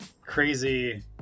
crazy